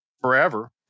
forever